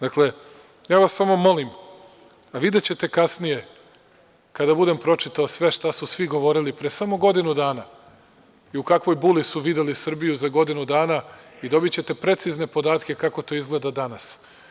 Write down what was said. Dakle, ja vas samo molim, videćete kasnije kada budem pročitao sve šta su svi govorili pre samo godinu dana i u kakvoj buli su videli Srbiju za godinu dana i dobićete precizne podatke kako to izgleda danas.